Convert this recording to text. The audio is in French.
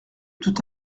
tout